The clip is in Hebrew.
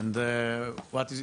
בינואר השנה,